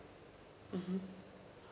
mmhmm